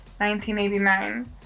1989